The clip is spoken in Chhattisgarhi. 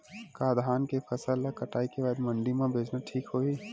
का धान के फसल ल कटाई के बाद मंडी म बेचना ठीक होही?